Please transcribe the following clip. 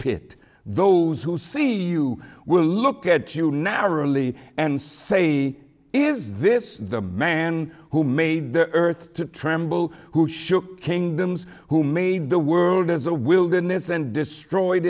pit those who see you will look at you now really and say is this the man who made the earth tremble who shook kingdoms who made the world as a wilderness and destroyed